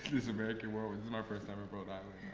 this american world. this is my first time in rhode island.